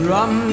Rum